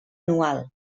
anual